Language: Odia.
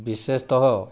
ବିଶେଷତଃ